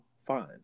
Fine